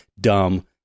dumb